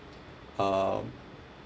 uh